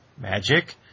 magic